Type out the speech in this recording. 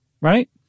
right